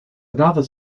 another